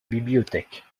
bibliothèque